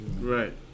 Right